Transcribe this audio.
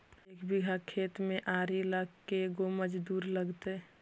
एक बिघा खेत में आरि ल के गो मजुर लगतै?